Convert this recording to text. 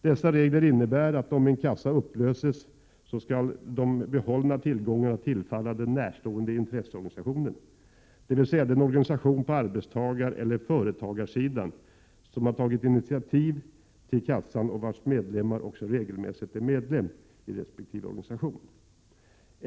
Dessa regler innebär att om en kassa upplöses skall de behållna tillgångarna tillfalla den närstående intresseorganisationen, dvs. den organisation på arbetstagareller företagarsidan som har tagit initiativ till kassan och vars medlemmar också regelmässigt är medlemmar i resp. organisation.